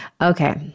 Okay